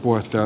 puhemies